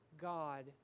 God